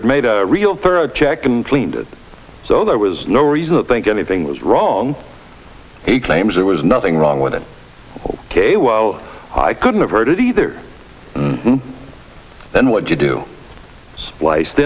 ed made a real thorough check and cleaned it so there was no reason to think anything was wrong he claims there was nothing wrong with it ok well i couldn't avert it either then what you do splice